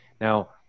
Now